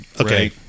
okay